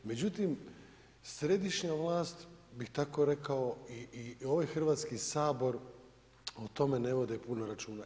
Međutim, središnja vlast bih tako rekao i ovaj Hrvatski sabor o tome ne vode puno računa.